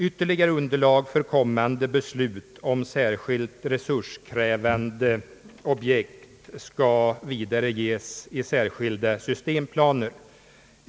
Ytterligare underlag för kommande beslut om = särskilt resurskrävande objekt skall vidare ges i särskilda systemplaner.